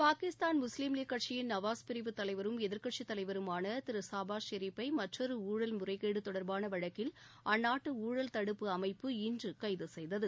பாகிஸ்தான் முஸ்லிம் லீக் கட்சியின் நவாஷ் பிரிவு தலைவரும் எதிர்கட்சித் தலைவருமான திரு சாபாஷ் ஷெரீப்பை மற்றொரு ஊழல் முறைகேடு தொடர்பாள வழக்கில் அந்நாட்டு ஊழல் தடுப்பு அமைப்பு இன்று கைது செய்தது